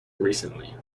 recently